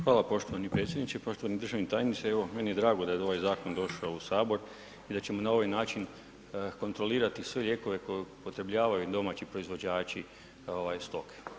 Hvala poštovani predsjedniče, poštovani državni tajniče, evo, meni je drago da je ovaj zakon došao u Sabor i da ćemo na ovaj način kontrolirati sve lijekove koji upotrebljavaju domaći proizvođači stoke.